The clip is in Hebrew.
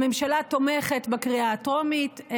הממשלה תומכת בקריאה הטרומית,